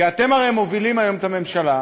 כי אתם הרי מובילים את הממשלה,